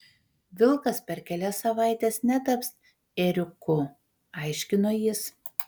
vilkas per kelias savaites netaps ėriuku aiškino jis